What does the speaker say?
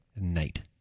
night